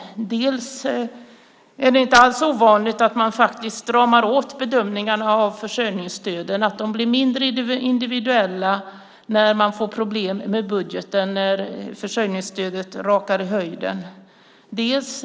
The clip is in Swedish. Det är inte alls ovanligt att man stramar åt bedömningen av försörjningsstöden, att de blir mindre individuella när man får problem med budgeten och försörjningsstöden rakar i höjden.